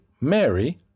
Mary